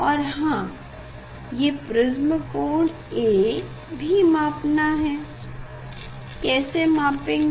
और हाँ ये प्रिस्म कोण A भी हमें मापना है कैसे मापेंगे